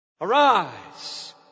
Arise